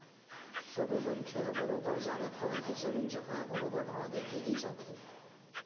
सबे मनखे ह बरोबर जानत हवय के जमीन जघा ह बरोबर भाव देके ही जाथे